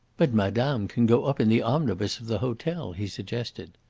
but madame can go up in the omnibus of the hotel, he suggested.